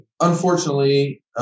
Unfortunately